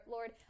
Lord